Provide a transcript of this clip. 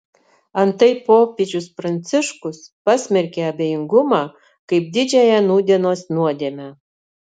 antai popiežius pranciškus pasmerkė abejingumą kaip didžiąją nūdienos nuodėmę